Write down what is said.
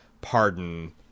pardon